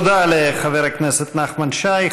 תודה לחבר הכנסת נחמן שי.